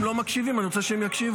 הם לא מקשיבים, ואני רוצה שהם יקשיבו.